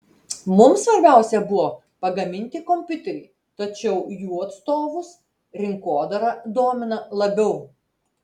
mums svarbiausia buvo pagaminti kompiuterį tačiau jų atstovus rinkodara domina labiau